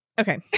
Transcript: okay